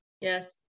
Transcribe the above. Yes